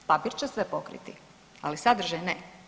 Papir će sve pokriti, ali sadržaj ne.